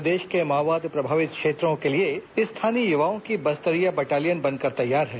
प्रदेश के माओवाद प्रभावित क्षेत्र के लिए स्थानीय युवाओं की बस्तरिया बटालियन बनकर तैयार है